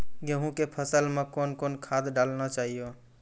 गेहूँ के फसल मे कौन कौन खाद डालने चाहिए?